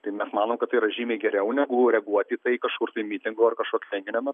tai manom kad tai yra žymiai geriau negu reaguoti į tai kažkur tai mitingo ar kažkokio renginio metu